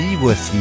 Voici